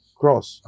cross